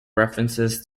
references